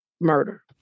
murder